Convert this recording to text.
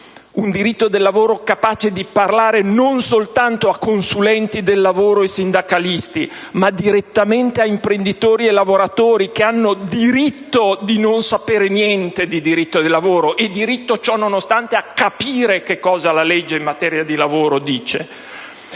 un diritto del lavoro capace di parlare non soltanto a consulenti del lavoro e sindacalisti, ma direttamente a imprenditori e lavoratori, che hanno diritto di non sapere niente di diritto del lavoro e, ciononostante, diritto a capire che cosa la legge in materia di lavoro dice;